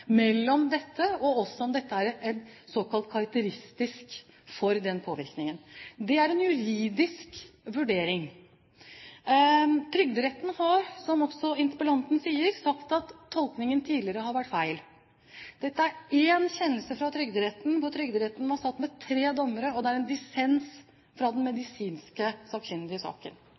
mellom dette og det som er karakteristisk for denne påvirkningen. Det er en juridisk vurdering. Trygderetten har, som også interpellanten sier, sagt at tolkningen tidligere har vært feil. Dette er én kjennelse fra Trygderetten, hvor Trygderetten var satt med tre dommere, og det er en dissens fra den medisinsk sakkyndige i saken,